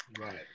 Right